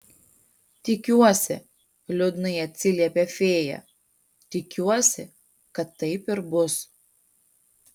tikiuosi liūdnai atsiliepė fėja tikiuosi kad taip ir bus